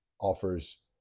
offers